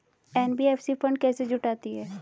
NBFC fund कैसे जुटाती है?